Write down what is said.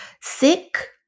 sick